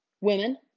Women